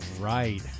right